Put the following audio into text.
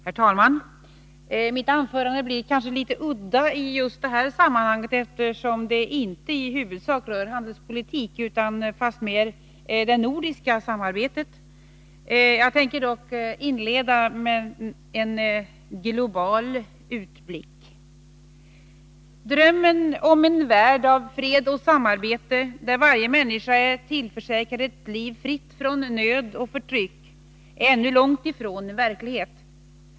Herr talman! Mitt anförande blir kanske litet udda i just det här sammanhanget, eftersom det inte i huvudsak rör handelspolitik utan fast mer det nordiska samarbetet. Jag tänker dock inleda med en global utblick. Drömmen om en värld av fred och samarbete, där varje människa är tillförsäkrad ett liv fritt från nöd och förtryck, är ännu långt ifrån verklighet.